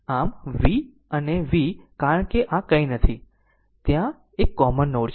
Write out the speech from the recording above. આમ V અને V કારણ કે આ કંઈ નથી ત્યાં આ એક કોમન નોડ છે